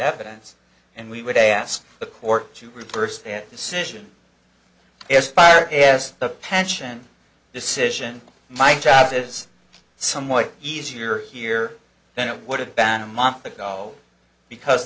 evidence and we would ask the court to reverse that decision as fire yes the pension decision my job is somewhat easier here than it would have been a month ago because